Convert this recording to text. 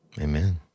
Amen